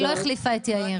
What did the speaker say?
היא לא החליפה את יאיר.